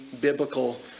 biblical